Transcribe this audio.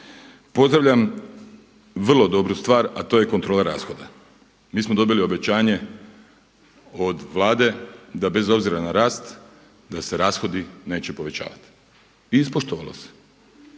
Pozdravljam vrlo dobru stvar a to je kontrola rashoda. Mi smo dobili obećanje od Vlade da bez obzira na rast da se rashodi neće povećavati. Ispoštovalo se.